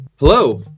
Hello